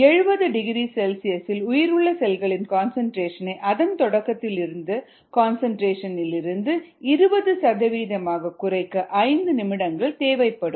70 degree செல்சியஸில் உயிருள்ள செல்களின் கன்சன்ட்ரேஷன் ஐ அதன் தொடக்கத்தில் இருந்த கன்சன்ட்ரேஷன் இலிருந்து 20 சதவீதமாகக் குறைக்க 5 நிமிடங்கள் தேவைப்படும்